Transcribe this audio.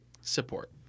Support